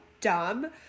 dumb